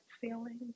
feeling